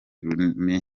rurimi